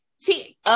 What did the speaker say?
see